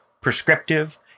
prescriptive